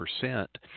percent